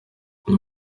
uyu